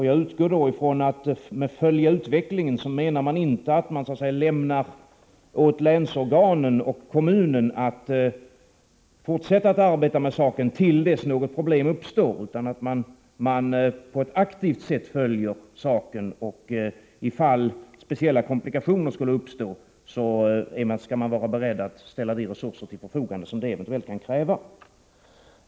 Jag utgår då ifrån att man med ”att följa utvecklingen” inte menar att man lämnar åt länsorganen och kommunen att fortsätta att arbeta med saken till dess något problem uppstår, utan att man på ett aktivt sätt följer frågan och, ifall speciella komplikationer uppstår, är beredd att ställa de resurser till förfogande som detta kan kräva.